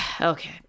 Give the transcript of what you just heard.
Okay